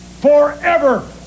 Forever